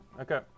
Okay